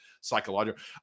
psychological